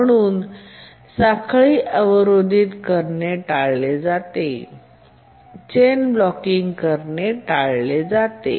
म्हणून साखळी अवरोधित करणे टाळले जाते